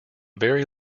very